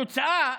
התוצאה,